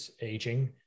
aging